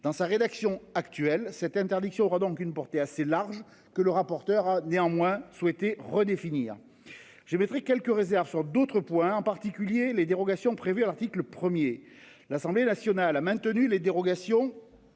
dans sa rédaction actuelle cette interdiction aura donc une portée assez large que le rapporteur a néanmoins souhaité redéfinir. J'émettrai quelques réserves sur d'autres points, en particulier les dérogations prévues à l'article 1er, l'Assemblée nationale a maintenu les dérogations